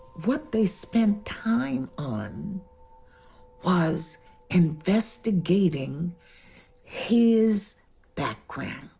what they spent time on was investigating his background.